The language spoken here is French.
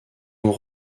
vont